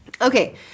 Okay